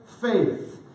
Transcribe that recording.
faith